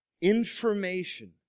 information